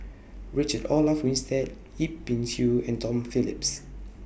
Richard Olaf Winstedt Yip Pin Xiu and Tom Phillips